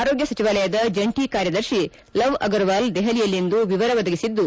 ಆರೋಗ್ಯ ಸಚಿವಾಲಯದ ಜಂಟಿ ಕಾರ್ಯದರ್ತಿ ಲವ್ ಅಗರ್ವಾಲ್ ದೆಹಲಿಯಲ್ಲಿಂದು ವಿವರ ಒದಗಿಸಿದ್ದು